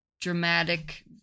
dramatic